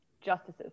justices